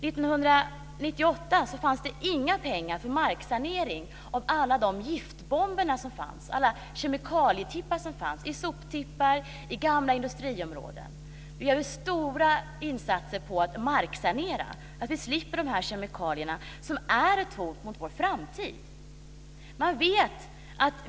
1998 fanns det inga pengar för marksanering när det gällde alla giftbomber som fanns och alla kemikalietippar som fanns i soptippar och i gamla industriområden. Nu gör vi stora insatser för att marksanera så att vi slipper de kemikalier som är ett hot mot vår framtid.